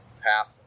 path